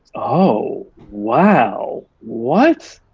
oh, wow, what?